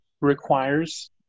requires